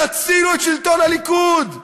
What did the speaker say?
תצילו את שלטון הליכוד.